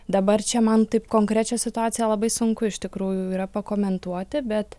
dabar čia man taip konkrečią situaciją labai sunku iš tikrųjų yra pakomentuoti bet